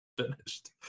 finished